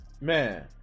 Man